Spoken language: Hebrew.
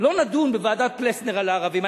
לא נדון בוועדת-פלסנר על הערבים.